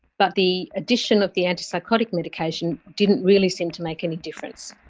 but the addition of the antipsychotic medication didn't really seem to make any difference.